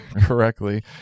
correctly